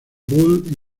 bull